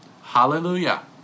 Hallelujah